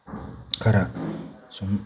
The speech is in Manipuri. ꯈꯔ ꯁꯨꯝ